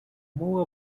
more